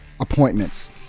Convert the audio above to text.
appointments